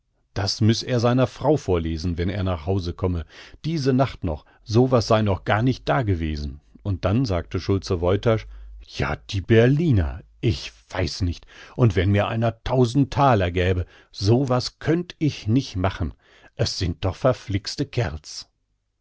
das müss er seiner frau vorlesen wenn er nach hause komme diese nacht noch so was sei noch gar nicht dagewesen und dann sagte schulze woytasch ja die berliner ich weiß nicht und wenn mir einer tausend thaler gäbe so was könnt ich nich machen es sind doch verflixte kerls